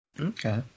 Okay